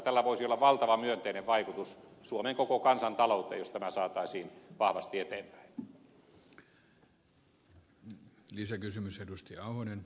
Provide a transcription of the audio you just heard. tällä voisi olla valtava myönteinen vaikutus suomen koko kansantalouteen jos tämä saataisiin vahvasti eteenpäin